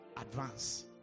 advance